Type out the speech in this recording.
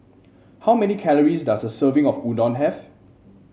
how many calories does a serving of Udon have